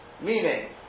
meaning